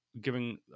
giving